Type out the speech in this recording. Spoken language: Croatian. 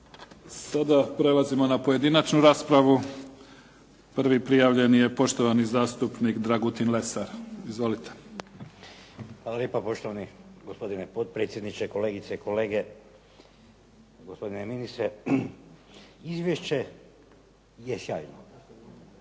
Sada prelazimo na pojedinačnu raspravu. Prvi prijavljeni je poštovani zastupnik Dragutin Lesar. Izvolite. **Lesar, Dragutin (Nezavisni)** Hvala lijepa poštovani gospodine potpredsjedniče, kolegice i kolege, gospodine ministre. Izvješće je sjajno,